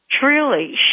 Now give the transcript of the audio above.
truly